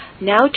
now